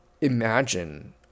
imagine